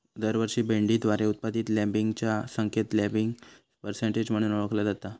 दरवर्षी भेंडीद्वारे उत्पादित लँबिंगच्या संख्येक लँबिंग पर्सेंटेज म्हणून ओळखला जाता